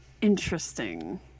interesting